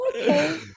okay